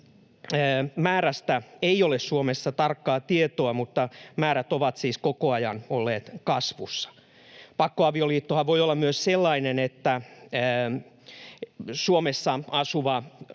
Suomessa tarkkaa tietoa, mutta määrät ovat siis koko ajan olleet kasvussa. Pakkoavioliittohan voi olla myös sellainen, että Suomessa asuva